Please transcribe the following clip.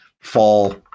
fall